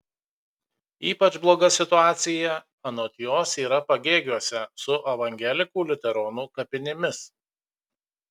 ypač bloga situacija anot jos yra pagėgiuose su evangelikų liuteronų kapinėmis